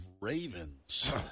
ravens